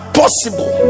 possible